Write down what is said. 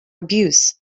abuse